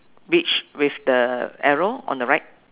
beach with the arrow on the right